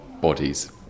bodies